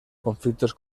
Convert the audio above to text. conflictos